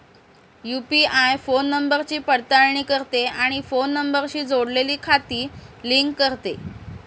UPI phone नंबरची पडताळणी करते आणि फोन नंबरशी जोडलेली खाती लिंक करते